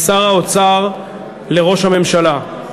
משר האוצר לראש הממשלה.